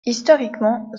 historiquement